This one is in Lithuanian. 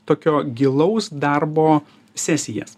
tokio gilaus darbo sesijas